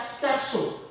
capsule